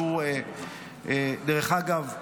דרך אגב,